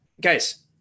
guys